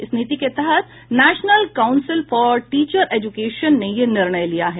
इस नीति के तहत national council for teacher education ने यह निर्णय लिया हैं